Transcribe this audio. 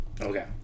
Okay